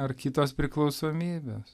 ar kitos priklausomybės